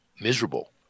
miserable